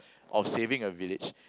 of saving a village